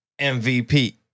MVP